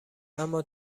اما